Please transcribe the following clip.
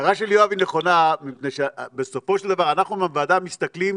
ההערה של יואב היא נכונה מפני שבסופו של דבר אנחנו בוועדה מסתכלים